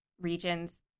regions